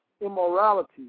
immorality